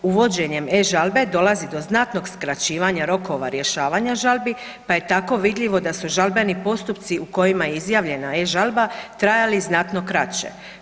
Uvođenje e-žalbe dolazi do znatnog skraćivanja rokova rješavanja žalbi pa je tako vidljivo da su žalbeni postupci u kojima je izjavljena e-žalbe, trajali znatno kraće.